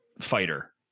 fighter